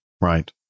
Right